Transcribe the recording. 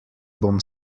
bom